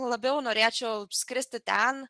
labiau norėčiau skristi ten